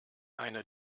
eine